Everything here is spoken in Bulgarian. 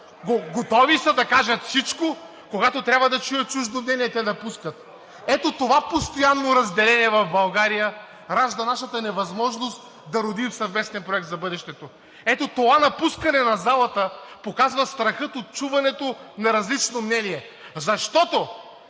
Готови са да кажат всичко, но когато трябва да чуят чуждо мнение, те напускат. Ето това постоянно разделение в България ражда нашата невъзможност да родим съвместен проект за бъдещето. Ето това напускане на залата показва страха от чуването на различно мнение. Защото